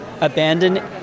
Abandon